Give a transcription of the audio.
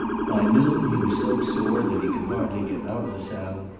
by noon he was so sore that he could hardly get out of the saddle,